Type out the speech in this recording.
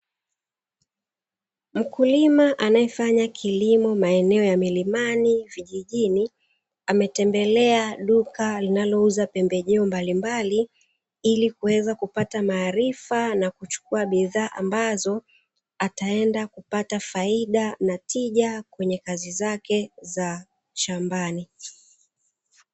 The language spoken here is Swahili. Mkulima anaefanya kilimo maeneo ya milimani vijijini, ametembelea duka linalouza pembejeo mbalimbali ili kuweza kupata maarifa na kuchukua bidhaa ambazo ataenda kupata faida na tija kwenye kazi zake za shambani.